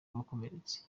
wakomeretse